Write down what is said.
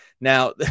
Now